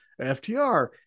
FTR